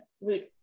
root